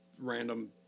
random